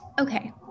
Okay